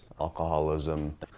alcoholism